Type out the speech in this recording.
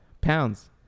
pounds